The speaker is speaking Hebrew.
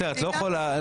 בסדר את לא יכולה,